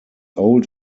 old